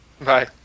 Bye